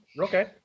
okay